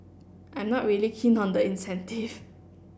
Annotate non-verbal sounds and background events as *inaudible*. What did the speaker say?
I'm not really keen on the incentive *noise*